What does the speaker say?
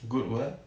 good what